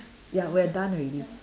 ya we're done already